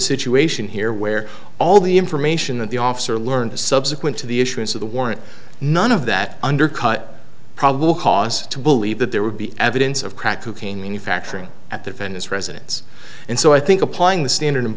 situation here where all the information that the officer learned subsequent to the issuance of the warrant none of that undercut probable cause to believe that there would be evidence of crack cocaine manufacturing at the venice residence and so i think applying the standard